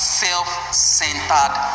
self-centered